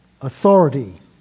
authority